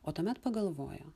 o tuomet pagalvojo